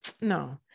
No